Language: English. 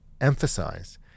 emphasize